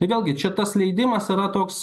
tai vėlgi čia tas leidimas yra toks